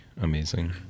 amazing